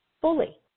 fully